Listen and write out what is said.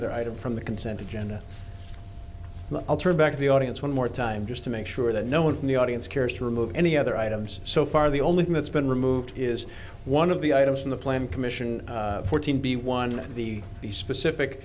other item from the consent agenda and i'll turn back to the audience one more time just to make sure that no one from the audience cares to remove any other items so far the only thing that's been removed is one of the items in the planning commission fourteen be one of the the specific